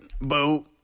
Boo